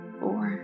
four